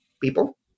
people